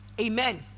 Amen